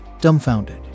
dumbfounded